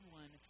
one